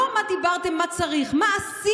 לא מה דיברתם, מה צריך, מה עשיתם?